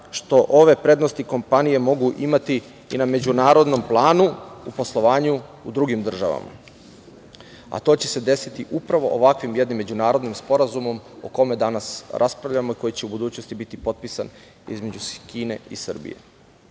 što ove prednosti kompanije mogu imati i na međunarodnom planu u poslovanju u drugim državama, a to će se desiti upravo ovakvim jednim međunarodnim sporazumom o kome danas raspravljamo i koji će u budućnosti biti potpisan između Kine i Srbije. Kada